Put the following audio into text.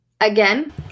Again